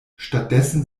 stattdessen